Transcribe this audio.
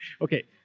Okay